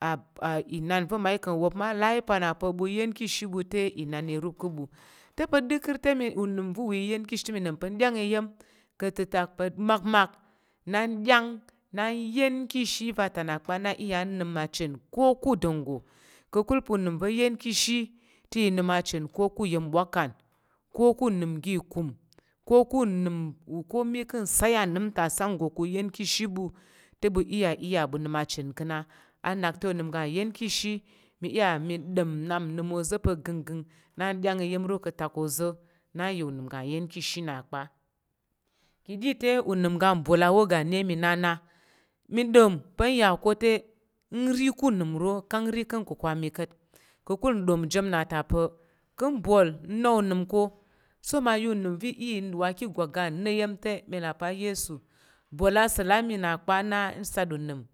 a a inan va̱ mayi ka̱ wuwop ma a là ayi pa̱ na pa ɓu yi ka̱ shi ɓu te inan i rup ka̱ ɓu te pa̱ ɗəkər te mi unang va̱ wa i yin ka̱ shi te mi ɗom pa̱ nɗyang iya̱m ka̱tətak pa̱ makmak na nɗyang na nya̱m ka̱ ashe vata na pa na n iya nnəm achen ko ka̱ ndonggo kakul pa unəm va̱ a yen ka̱ ashi te n ma chen ko ku ayen bwakan ko ku nəm ga kum ko ka̱ nəm ko mi kansai anəm ta sang nggo ka̱ yen ka̱ shi ɓu te bu iya iya ɓu nəm a chen ka̱ na ana te unəm ga ayen ka̱ shi mi iya mi nden nnap nəm ozo pa gənggəng na nɗyang iya̱m ro ka̱ atak oza̱ nan ya unəm ga yen ka̱ shi na pa ka̱ɗi te unəm ga bol a wo ga iya̱ mi nana mi ɗom po nya ko te nri ka̱ nəm ro kang nri ka̱ kwakwa mi ka̱t ka̱kul n nji na ta pa kan bol na onim ko so ma ya unimve i uwa ki gwak ga ni iyen te mi la pa a yesu bol a sa là mi na pai na nsat unəm.